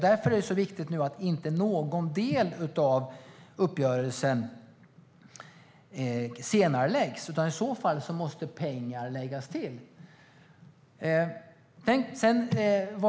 Därför är det viktigt att inte någon del av uppgörelsen senareläggs. I stället måste pengar läggas till.